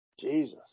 Jesus